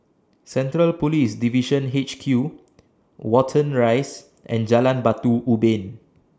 Central Police Division H Q Watten Rise and Jalan Batu Ubin